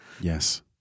Yes